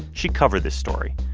she covered this story.